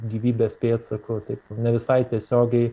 gyvybės pėdsakų taip ne visai tiesiogiai